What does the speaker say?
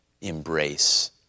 embrace